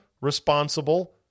responsible